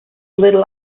little